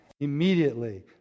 immediately